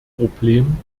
problem